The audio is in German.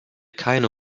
keine